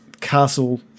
castle